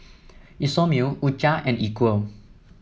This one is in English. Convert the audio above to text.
Isomil U Cha and Equal